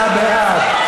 56 בעד,